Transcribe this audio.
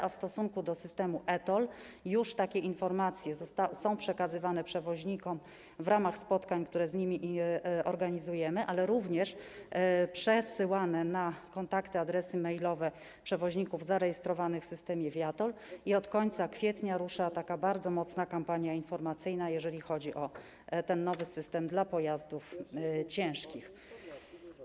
A w stosunku do systemu e-TOLL takie informacje już są przekazywane przewoźnikom w ramach spotkań, które z nimi organizujemy, ale również przesyłane na kontakty, adresy mailowe przewoźników zarejestrowanych w systemie viaTOLL, i od końca kwietnia rusza bardzo mocna kampania informacyjna, jeżeli chodzi o ten nowy system dla pojazdów ciężkich.